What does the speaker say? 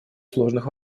сложных